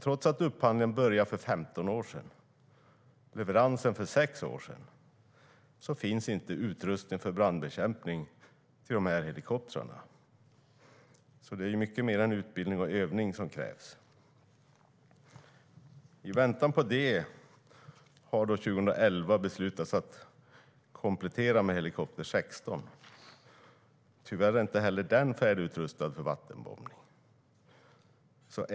Trots att upphandlingen började för 15 år sedan och leveransen för 6 år sedan finns det inte utrustning för brandbekämpning till dessa helikoptrar. Så det är mycket mer än utbildning och övning som krävs. I väntan på det beslutades det 2011 att komplettera med helikopter 16. Tyvärr är inte heller den färdigutrustad för vattenbombning.